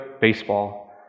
baseball